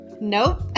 Nope